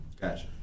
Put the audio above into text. Gotcha